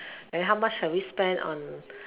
then how much have we spend on